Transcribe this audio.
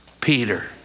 Peter